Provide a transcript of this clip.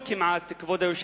כמעט בכל יום,